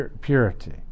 purity